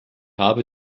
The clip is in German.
habe